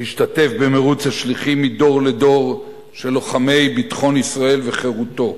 להשתתף במירוץ השליחים מדור לדור של לוחמי ביטחון ישראל וחירותו,